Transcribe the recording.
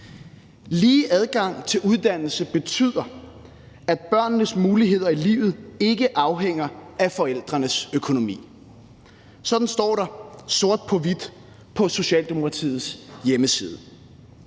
Lige adgang til uddannelse betyder, at børnenes muligheder i livet ikke afhænger af forældrenes økonomi. Sådan står der sort på hvidt på Socialdemokratiets hjemmeside.